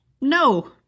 No